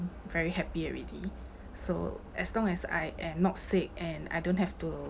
very happy already so as long as I am not sick and I don't have to